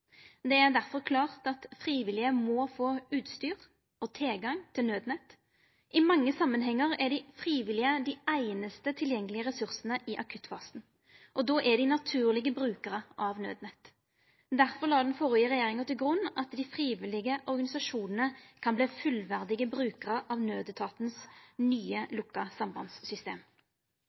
Det er derfor klart at frivillige må få utstyr og tilgang til Nødnett. I mange samanhengar er dei frivillige dei einaste tilgjengelege ressursane i akuttfasen, og då er dei naturlege brukarar av Nødnett. Derfor la den førre regjeringa til grunn at dei frivillige organisasjonane kan verta fullverdige brukarar av nødetatens nye, lukka sambandssystem.